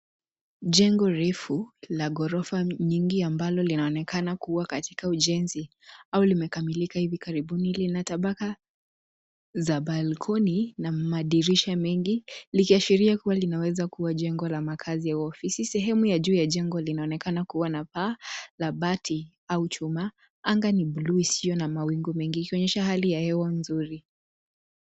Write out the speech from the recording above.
Jengo refu la ghorofa nyingi ambalo linaonekana kuwa katika ujenzi, au limekamilika hivi karibuni. Lina tabaka za balkoni na madirisha mengi likiashiria kuwa linaweza kuwa jengo la makaazi au ofisi. Sehemu ya juu ya jengo, linaokana kuwa na paa la bati au chuma. Anga ni l bluu isiyo na mawingu mengi ikionyesha hali ya hewa nzuri.